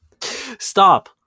Stop